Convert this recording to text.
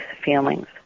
feelings